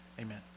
Amen